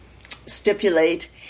stipulate